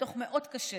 דוח מאוד קשה,